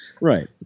Right